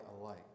alike